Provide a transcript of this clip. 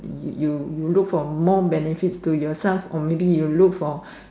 you you look for more benefits to yourself or maybe you look for